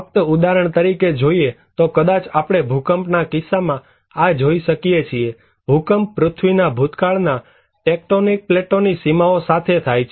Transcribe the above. ફક્ત ઉદાહરણ તરીકે જોઈએ તો કદાચ આપણે ભૂકંપના કિસ્સામાં આ જોઈ શકીએ છીએ ભૂકંપ પૃથ્વીના ભૂતકાળના ટેકટોનિક પ્લેટોની સીમાઓ સાથે થાય છે